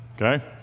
Okay